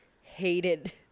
hated